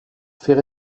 fait